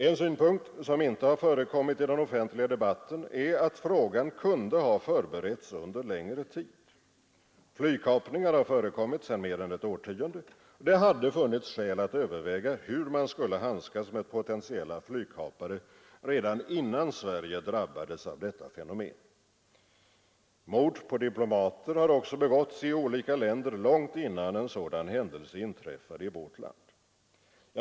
En synpunkt, som inte förekommit i den offentliga debatten, är att frågan kunde ha förberetts under längre tid. Flygkapningar har förekommit sedan mer än ett årtionde. Det hade funnits skäl att överväga hur man skulle handskas med potentiella flygkapare redan innan Sverige drabbades av detta fenomen. Mord på diplomater har också begåtts i olika länder långt innan en sådan händelse inträffade i vårt land.